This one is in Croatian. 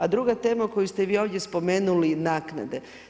A druga tema koju ste vi ovdje spomenuli naknade.